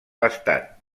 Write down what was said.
estat